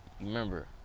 Remember